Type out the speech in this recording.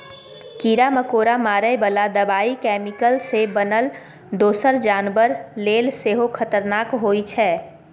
कीरा मकोरा मारय बला दबाइ कैमिकल सँ बनल दोसर जानबर लेल सेहो खतरनाक होइ छै